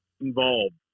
involved